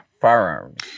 firearms